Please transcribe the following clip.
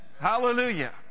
Hallelujah